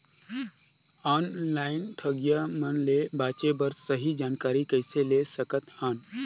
Online ठगईया मन ले बांचें बर सही जानकारी कइसे ले सकत हन?